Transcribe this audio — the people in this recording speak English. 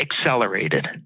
accelerated